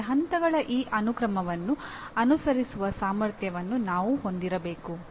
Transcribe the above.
ಆದರೆ ಹಂತಗಳ ಈ ಅನುಕ್ರಮವನ್ನು ಅನುಸರಿಸುವ ಸಾಮರ್ಥ್ಯವನ್ನು ನಾನು ಹೊಂದಿರಬೇಕು